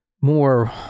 more